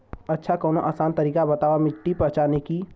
अच्छा कवनो आसान तरीका बतावा मिट्टी पहचाने की?